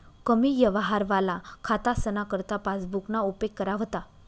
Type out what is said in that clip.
कमी यवहारवाला खातासना करता पासबुकना उपेग करा व्हता